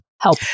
help